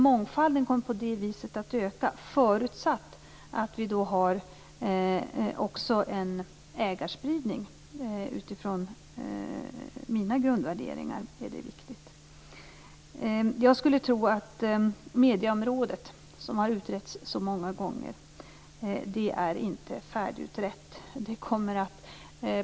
På det viset kommer mångfalden att öka, förutsatt att det finns en ägarspridning. Utifrån mina grundvärderingar är det viktigt. Jag skulle tro att medieområdet, som utretts så många gånger, inte är färdigutrett.